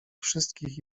wszystkich